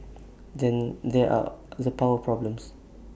then there are the power problems